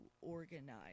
organize